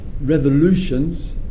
revolutions